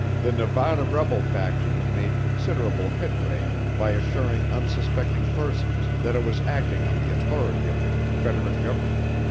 the nevada rebel faction had made considerable headway by assuring unsuspecting persons that it was acting on the authority of the confederate government.